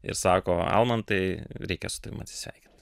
ir sako almantai reikia su tavim atsisveikint